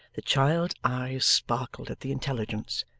the child's eyes sparkled at the intelligence,